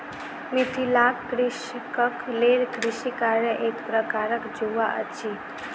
मिथिलाक कृषकक लेल कृषि कार्य एक प्रकारक जुआ अछि